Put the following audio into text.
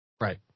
Right